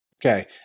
Okay